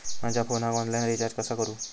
माझ्या फोनाक online recharge कसा करू?